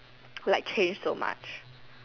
like change so much